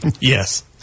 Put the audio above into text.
Yes